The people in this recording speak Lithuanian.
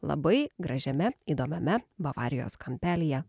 labai gražiame įdomiame bavarijos kampelyje